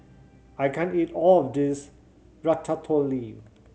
I can't eat all of this Ratatouille